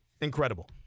Incredible